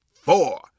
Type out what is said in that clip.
four